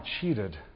cheated